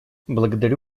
благодарю